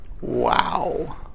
Wow